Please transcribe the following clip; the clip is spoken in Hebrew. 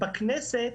בכנסת